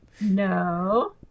No